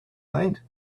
mind